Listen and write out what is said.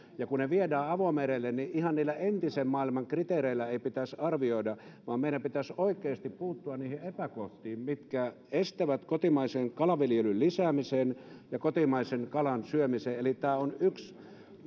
ja kun ne viedään avomerelle niin ihan niillä entisen maailman kriteereillä ei pitäisi arvioida vaan meidän pitäisi oikeasti puuttua niihin epäkohtiin mitkä estävät kotimaisen kalanviljelyn lisäämisen ja kotimaisen kalan syömisen eli tämä on yksi